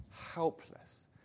helpless